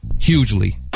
Hugely